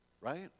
right